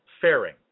fairing